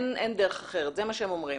אין דרך אחרת, זה מה שהם אומרים.